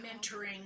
mentoring